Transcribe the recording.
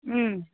ம்